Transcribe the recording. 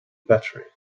battery